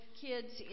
kids